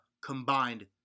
combined